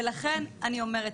ולכן אני אומרת,